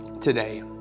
today